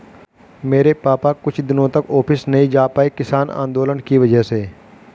मेरे पापा कुछ दिनों तक ऑफिस नहीं जा पाए किसान आंदोलन की वजह से